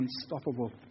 unstoppable